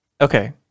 Okay